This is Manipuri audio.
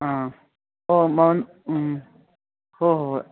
ꯑꯥ ꯎꯝ ꯍꯣꯏ ꯍꯣꯏ ꯍꯣꯏ